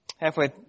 Halfway